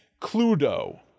Cluedo